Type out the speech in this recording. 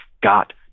got